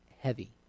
heavy